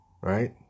Right